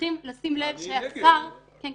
הבנתי